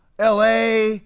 LA